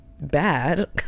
bad